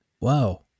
Wow